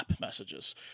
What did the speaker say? messages